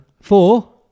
Four